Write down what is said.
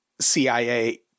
CIA